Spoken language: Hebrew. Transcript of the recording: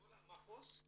בכל המחוז?